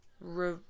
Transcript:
re